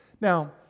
Now